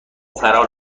فرار